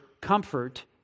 comfort